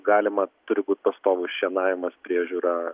galima turi būt pastovus šienavimas priežiūra